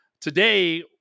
today